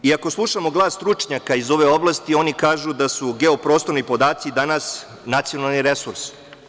Ako slušamo glas stručnjaka iz ove oblasti, oni kažu da su geoprostorni podaci danas nacionalni resurs.